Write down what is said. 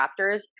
Raptors